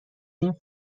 این